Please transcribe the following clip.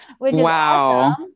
Wow